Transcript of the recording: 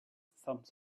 some